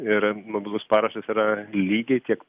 ir mobilus parašas yra lygiai tiek